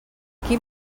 quin